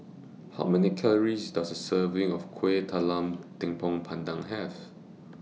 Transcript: How Many Calories Does A Serving of Kueh Talam Tepong Pandan Have